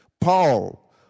Paul